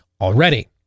already